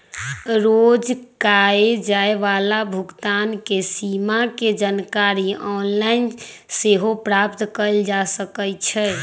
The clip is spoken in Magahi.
रोज कये जाय वला भुगतान के सीमा के जानकारी ऑनलाइन सेहो प्राप्त कएल जा सकइ छै